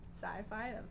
sci-fi